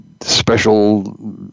Special